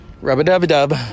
Rub-a-dub-a-dub